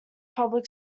public